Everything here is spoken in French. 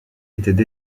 étaient